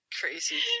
Crazy